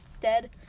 dead